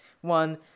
one